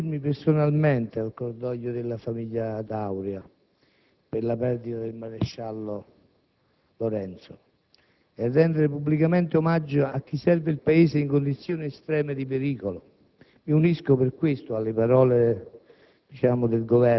di unirmi personalmente al cordoglio della famiglia D'Auria per la perdita del maresciallo capo Lorenzo e di rendere pubblicamente omaggio a chi serve il Paese in condizioni estreme di pericolo. Mi unisco, per questo, alle parole dei